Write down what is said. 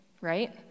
right